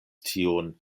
tiun